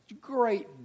great